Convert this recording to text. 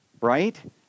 right